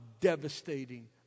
devastating